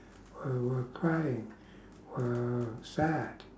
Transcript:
who were crying were sad